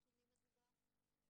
סליחה, על איזה נתונים מדובר?